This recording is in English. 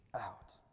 out